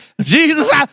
Jesus